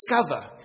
discover